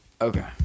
Okay